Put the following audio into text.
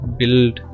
build